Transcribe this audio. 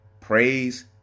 praise